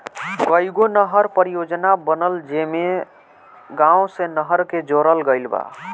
कईगो नहर परियोजना बनल जेइमे गाँव से नहर के जोड़ल गईल बा